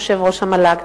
יושב-ראש המל"ג,